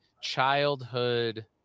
childhood